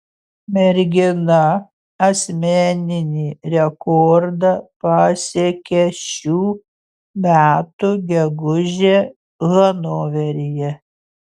mergina asmeninį rekordą pasiekė šių metų gegužę hanoveryje